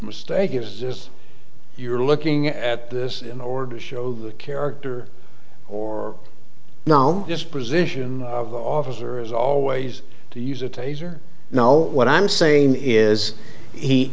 mistake is you're looking at this in order to show the character or now just position of the officer is always to use a taser now what i'm saying is he